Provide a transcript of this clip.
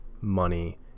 money